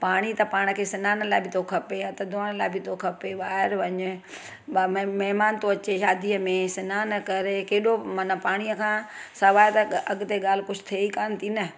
पाणी त पाण खे सनान लाए बि थो खपे हथ धोअण लाइ बि तो खपे ॿाहिरि वञु महिमान थो अचे शादीअ में सनानु करे केॾो माना पाणी खां सवाइ अॻिते कुझु ॻाल्हि थिए ई कोनि थी न